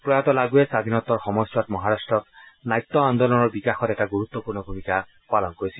প্ৰয়াত লাগুৱে স্বধীনোত্তৰ সময়ছোৱাত মহাৰাট্টত নাট্য আন্দোলনৰ বিকাশত এটা গুৰুত্বপূৰ্ণ ভূমিকা পালন কৰিছিল